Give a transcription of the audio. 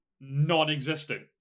non-existent